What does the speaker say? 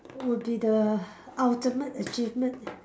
would be the ultimate achievement